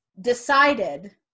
decided